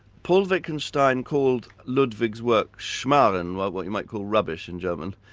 paul wittgenstein called ludwig's work schmarren what what you might call rubbish in german,